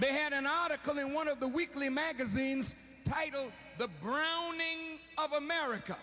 they had an article in one of the weekly magazines titled the browning of america